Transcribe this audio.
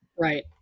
right